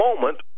moment